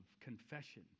confession